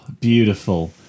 Beautiful